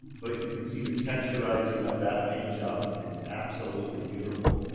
but you could see the texturizing of that paint job, it's absolutely beautiful.